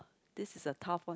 this is the tough one